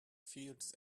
fields